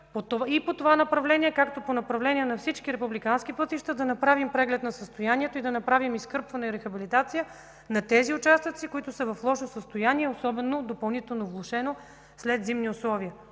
и по това направление, както по направление на всички републикански пътища, да направим преглед на състоянието и да направим изкърпване и рехабилитация на участъците, които са в лошо състояние, особено допълнително влошено след зимни условия.